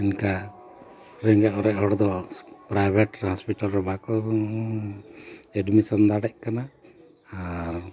ᱤᱱᱠᱟᱹ ᱨᱮᱸᱜᱮᱡ ᱚᱨᱮᱡ ᱦᱚᱲ ᱫᱚ ᱯᱨᱟᱭᱵᱷᱮᱴ ᱦᱟᱥᱯᱤᱴᱟᱞ ᱨᱮ ᱵᱟᱠᱚ ᱮᱰᱢᱤᱥᱚᱱ ᱫᱟᱲᱮᱜ ᱠᱟᱱᱟ ᱟᱨ